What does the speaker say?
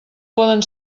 poden